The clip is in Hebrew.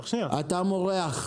שנייה -- אתה מורח.